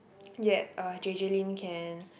yet uh J_J-Lin can